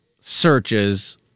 searches